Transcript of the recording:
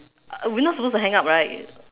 uh we are not suppose to hang up right